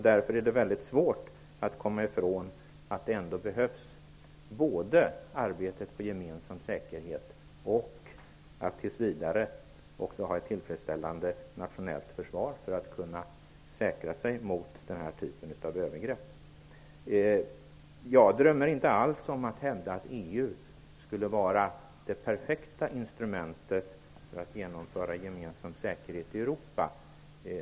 Därför är det väldigt svårt att komma ifrån att det ändå behövs både arbete för gemensam säkerhet och tills vidare ett tillfredsställande nationellt försvar för att kunna säkra sig mot olika typer av övergrepp. Jag drömmer inte alls om att kunna hävda att EU skulle vara det perfekta instrumentet för gemensam säkerhet i Europa.